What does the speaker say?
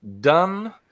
done